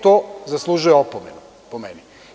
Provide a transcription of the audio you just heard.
To zaslužuje opomenu, po meni.